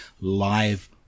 live